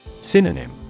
Synonym